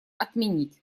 отменить